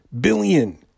billion